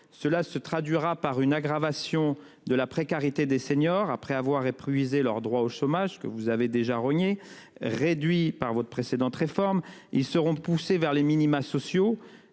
Cela se traduira par une aggravation de la précarité des seniors après avoir épuisé leur droit au chômage que vous avez déjà rogné réduit par votre précédente réforme, ils seront poussés vers les minima sociaux